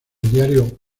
diario